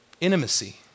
intimacy